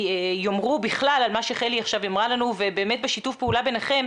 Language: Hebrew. יאמרו בכלל על מה שחלי עכשיו אמרה לנו ובאמת בשיתוף פעולה ביניכם,